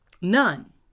None